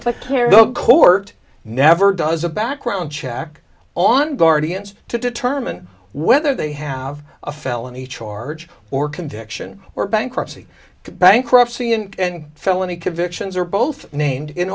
but court never does a background check on guardians to determine whether they have a felony charge or conviction or bankruptcy bankruptcy and felony convictions are both named in